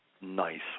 Nice